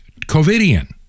covidian